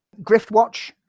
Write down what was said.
Griftwatch